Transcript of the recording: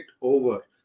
over